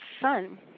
son